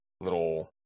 little